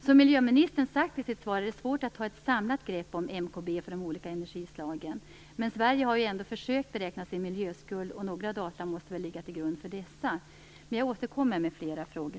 Som miljöministern sagt i sitt svar är det svårt att ta ett samlat grepp om MKB för de olika engergislagen. Men Sverige har ändå försökt att beräkna sin miljöskuld, och några data måste väl ligga till grund för detta. Jag återkommer med fler frågor.